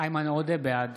בעד